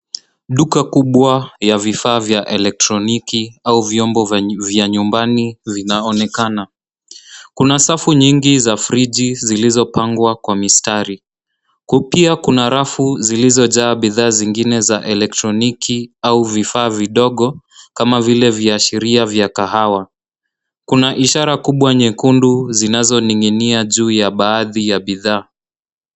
Duka kubwa ya vifaa vya elektroniki au vyombo vya nyumbani vinaonekana. Kuna safu nyingi za friji zilizopangwa kwa mistari. Kukiwa kuna rafu zilizojaa bidhaa zingine za elektroniki au vifaa vidogo kama vile viashiria vya kahawa. Kuna ishara kubwa nyekundu zinazoning'inia juu ya baadhi ya bidhaa.